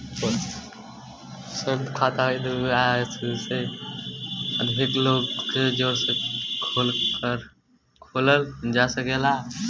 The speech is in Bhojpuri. संयुक्त खाता दू या दू से अधिक लोगन के जोड़ के खोलल जा सकेला